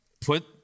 put